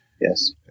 Yes